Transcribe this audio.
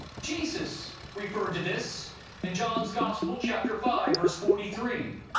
jesus referred to this in john's gospel, chapter five, verse forty three.